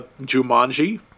Jumanji